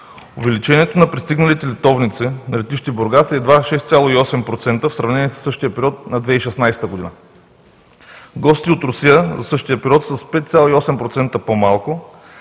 увеличението на пристигналите летовници на летище Бургас е едва 6,8%, в сравнение със същия период на 2016 г. Гостите от Русия за същия период са с 5,8% по-малко,